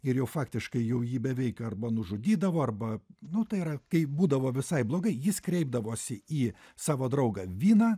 ir jau faktiškai jau jį beveik arba nužudydavo arba nu tai yra kai būdavo visai blogai jis kreipdavosi į savo draugą viną